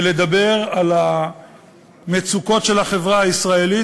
ולדבר על המצוקות של החברה הישראלית,